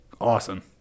awesome